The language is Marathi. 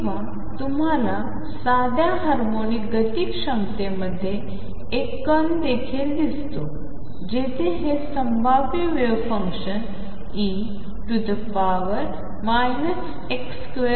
किंवा तुम्हाला साध्या हार्मोनिक गती क्षमतेमध्ये एक कण देखील दिसतो जिथे हे संभाव्य वेव्ह फंक्शन e x2